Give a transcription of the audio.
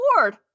award